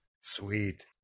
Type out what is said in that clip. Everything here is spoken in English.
Sweet